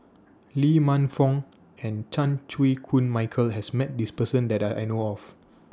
Lee Man Fong and Chan Chew Koon Michael has Met This Person that I know of